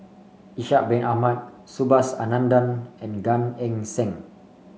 Ishak Bin Ahmad Subhas Anandan and Gan Eng Seng